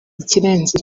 ikirenze